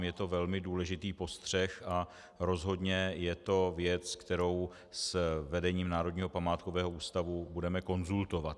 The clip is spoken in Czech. Je to velmi důležitý postřeh a rozhodně je to věc, kterou s vedením Národního památkového ústavu budeme konzultovat.